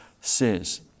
says